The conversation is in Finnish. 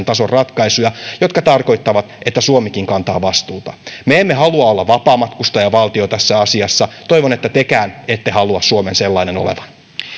tason ratkaisuja jotka tarkoittavat että suomikin kantaa vastuuta me emme halua olla vapaamatkustajavaltio tässä asiassa toivon että tekään ette halua suomen sellainen olevan